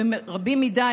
רבים מדי,